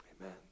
Amen